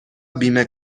بیمه